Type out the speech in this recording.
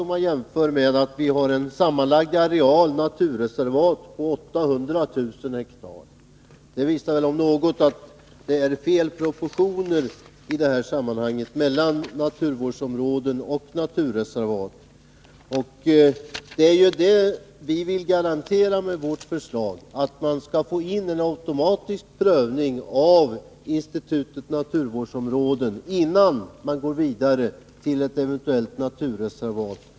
Om man jämför med vår sammanlagda areal naturreservat, 800 000 hektar, så visar väl det om något att det är fel proportioner i detta sammanhang mellan naturvårdsområden och naturreservat. Vad vi vill garantera med vårt förslag är ju att man skall få en automatisk prövning av institutet naturvårdsområden innan man går vidare till ett eventuellt naturreservat.